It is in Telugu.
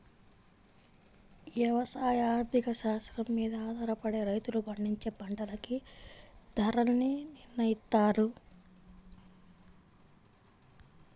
యవసాయ ఆర్థిక శాస్త్రం మీద ఆధారపడే రైతులు పండించే పంటలకి ధరల్ని నిర్నయిత్తారు